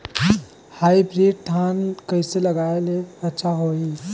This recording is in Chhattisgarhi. हाईब्रिड धान कइसे लगाय ले अच्छा होही?